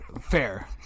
Fair